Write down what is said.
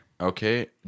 Okay